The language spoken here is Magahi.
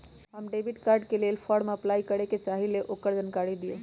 हम डेबिट कार्ड के लेल फॉर्म अपलाई करे के चाहीं ल ओकर जानकारी दीउ?